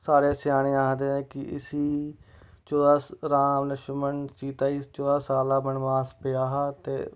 सारे सेआने आखदे कि इसी चौदां साल राम लश्मन सीता गी चौदां साल दा बनवास पेआ हा ते